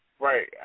Right